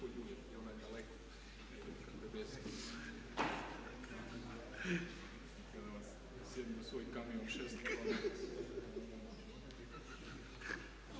Hvala